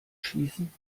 schießen